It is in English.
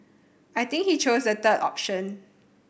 I think he chose the third option